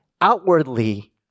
outwardly